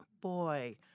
boy